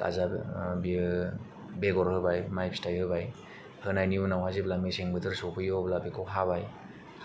गाजा बेर बेयो बेगर होबाय माय फिथाय होबाय होनायनि उनाव जेब्ला मेसें बोथोर सफैयो अब्ला बेखौ हाबाय